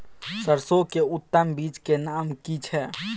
सरसो के उत्तम बीज के नाम की छै?